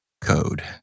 code